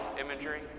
imagery